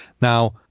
Now